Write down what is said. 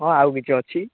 ହଁ ଆଉ କିଛି ଅଛି